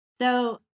So-